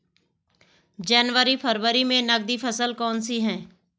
जनवरी फरवरी में नकदी फसल कौनसी है?